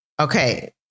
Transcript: Okay